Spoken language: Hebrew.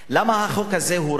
למה החוק הזה הוא רע?